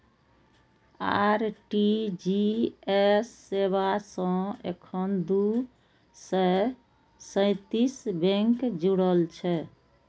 RTGS सेवा सं एखन दू सय सैंतीस बैंक जुड़ल छै